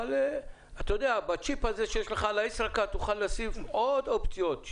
אבל בצ'יפ הזה שיש לך על הישראכרט תוכל להוסיף עוד אופציות,